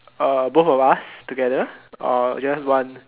uh both of us together or just one